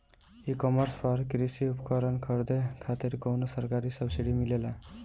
ई कॉमर्स पर कृषी उपकरण खरीदे खातिर कउनो सरकारी सब्सीडी मिलेला?